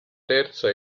terza